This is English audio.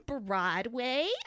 Broadway